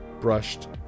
brushed